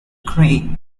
crane